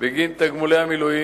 משלם בגין תגמולי המילואים,